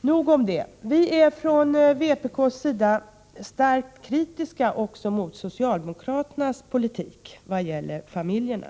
Nog om detta. Vi är från vpk:s sida starkt kritiska också mot socialdemokraternas politik när det gäller familjerna.